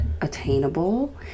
attainable